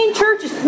churches